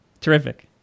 Terrific